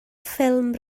ffilm